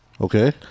Okay